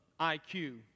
IQ